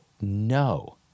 no